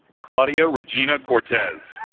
claudia regina cortez